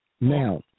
Now